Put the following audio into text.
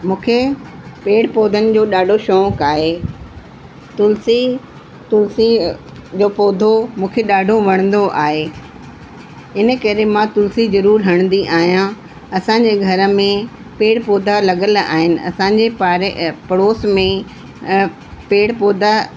मूंखे पेड़ पौधनि जो ॾाढो शौक़ु आहे तुलसी तुलसी जो पौधो मूंखे ॾाढो वणंदो आहे इन करे मां तुलसी ज़रूरु हणंदी आहियां असांजे घर में पेड़ पौधा लॻलु आहिनि असांजे पाड़े पड़ोस में पेड़ पौधा